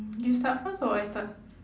you start first or I start